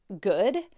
good